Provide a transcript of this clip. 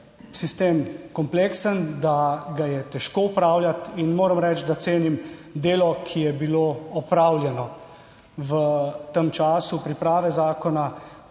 sistem kompleksen, da ga je težko opravljati in moram reči, da cenim delo, ki je bilo opravljeno v tem času priprave zakona.